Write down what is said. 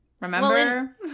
Remember